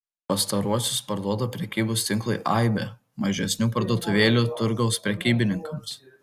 pastaruosius parduoda prekybos tinklui aibė mažesnių parduotuvėlių turgaus prekybininkams